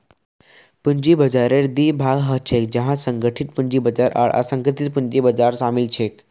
पूंजी बाजाररेर दी भाग ह छेक जहात संगठित पूंजी बाजार आर असंगठित पूंजी बाजार शामिल छेक